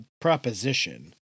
proposition